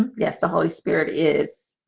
yes, the holy spirit is